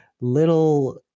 little